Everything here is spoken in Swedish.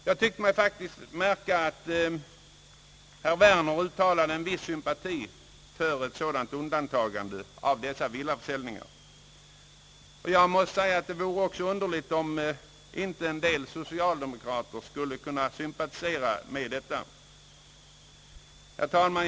Jag tyckte mig faktiskt märka att herr Werner uttalade en viss sympati för ett sådant undantagande av dessa villaförsäljningar. Det vore också underligt om inte en del socialdemokrater sympatiserade med detta.